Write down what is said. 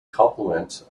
compliment